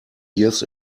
years